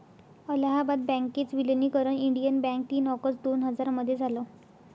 अलाहाबाद बँकेच विलनीकरण Indian bank तीन ऑगस्ट दोन हजार मध्ये झालं